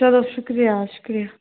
چلو شُکریہ شُکریہ